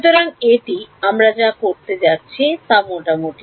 সুতরাং এটি আমরা যা করতে যাচ্ছি মোটামুটি